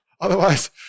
otherwise